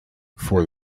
for